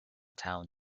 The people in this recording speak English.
town